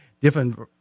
different